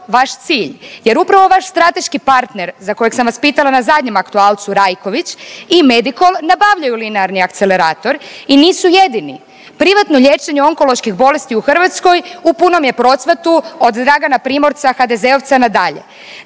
vaš cilj jer upravo vaš strateški partner za kojeg sam vas pitala na zadnjem aktualcu Rajković i Medikol nabavljaju linearni akcelerator i nisu jedini. Privatno liječenje onkoloških bolesti u Hrvatskoj u punom je procvatu od Dragana Primorca HDZ-ovca na dalje,